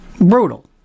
Brutal